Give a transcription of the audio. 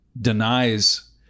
denies